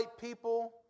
people